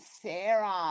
Sarah